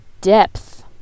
depth